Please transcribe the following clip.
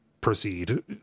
proceed